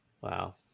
Wow